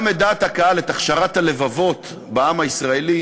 גם את דעת הקהל, את הכשרת הלבבות בעם הישראלי,